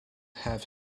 have